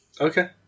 Okay